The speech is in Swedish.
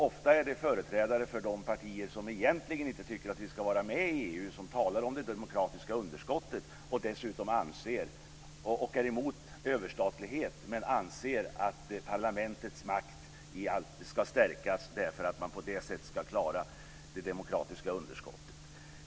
Ofta är det företrädare för de partier som egentligen inte tycker att vi ska vara med i EU som talar om det demokratiska underskottet och dessutom är emot överstatlighet men anser att parlamentets makt bör stärkas därför att man på det sättet ska klara det demokratiska underskottet.